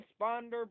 Responder